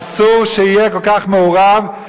אסור שיהיה כל כך מעורב,